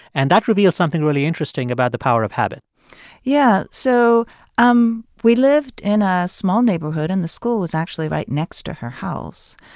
and that reveals something really interesting about the power of habit yeah. so um we lived in a small neighborhood, and the school was actually right next to her house.